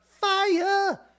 fire